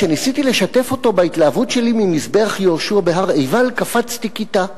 כשניסיתי לשתף אותו בהתלהבות שלי ממזבח יהושע בהר עיבל קפצתי כיתה,